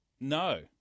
No